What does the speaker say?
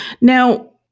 Now